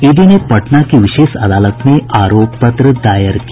ED ने पटना की विशेष अदालत में आरोप पत्र दायर किया